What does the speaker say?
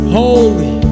holy